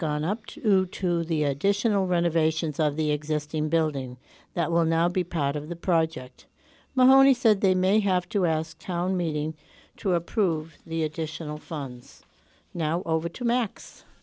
gone up to two the additional renovations of the existing building that will now be part of the project monye so they may have to ask town meeting to approve the additional funds now over to max